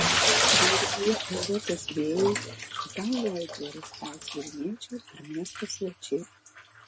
renginyje europos vėjai į dangų aitvarus kels vilniečiai ir miesto svečiai